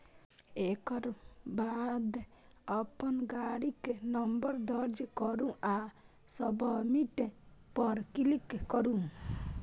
एकर बाद अपन गाड़ीक नंबर दर्ज करू आ सबमिट पर क्लिक करू